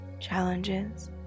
challenges